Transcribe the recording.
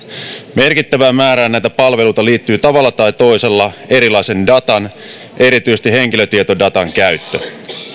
merkittävään määrään näitä palveluita liittyy tavalla tai toisella erilaisen datan erityisesti henkilötietodatan käyttö